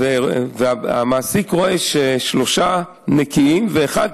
והמעסיק רואה ששלושה נקיים ואחד,